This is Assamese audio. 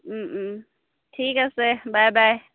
ঠিক আছে বাই বাই